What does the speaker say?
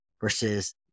Versus